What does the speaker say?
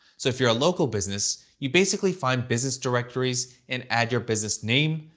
so if you're a local business, you'd basically find business directories and add your business name,